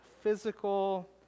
physical